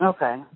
Okay